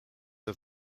are